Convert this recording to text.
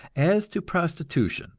as to prostitution